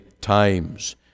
times